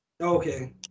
Okay